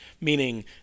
meaning